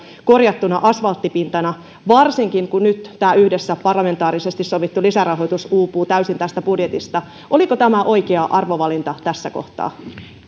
korjattuna asvalttipintana varsinkin kun tämä yhdessä parlamentaarisesti sovittu lisärahoitus uupuu täysin tästä budjetista oliko tämä oikea arvovalinta tässä kohtaa